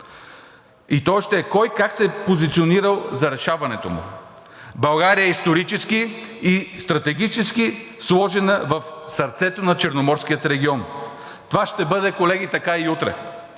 период ще е кой и как се е позиционирал за решаването му. България е исторически и стратегически сложена в сърцето на Черноморския регион. Това ще бъде, колеги, така и утре.